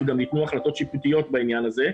וגם ניתנו החלטות שיפוטיות בעניין הזה,